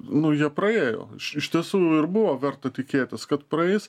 nu jie praėjo iš tiesų ir buvo verta tikėtis kad praeis